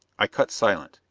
i cut silent.